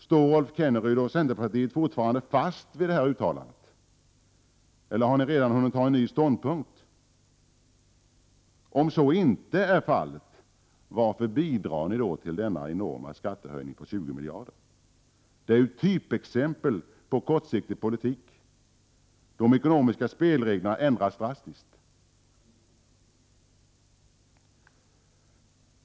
Står Rolf Kenneryd och centerpartiet fortfarande fast vid detta uttalande? Eller har ni redan hunnit inta ny ståndpunkt? Om så inte är fallet, varför bidrar ni då till denna enorma skattehöjning på 20 miljarder? Det är ju ett typexempel på kortsiktig politik. De ekonomiska spelreglerna ändras drastiskt.